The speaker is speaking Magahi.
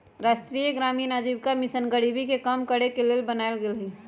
राष्ट्रीय ग्रामीण आजीविका मिशन गरीबी के कम करेके के लेल बनाएल गेल हइ